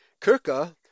Kirka